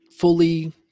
Fully